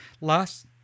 Last